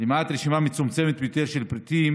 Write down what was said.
למעט רשימה מצומצמת ביותר של פריטים